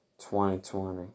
2020